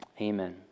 Amen